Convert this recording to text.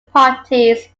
parties